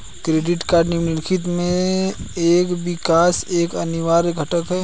Credit card निम्नलिखित में से किसका एक अनिवार्य घटक है?